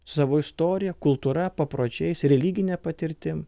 su savo istorija kultūra papročiais religine patirtim